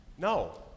No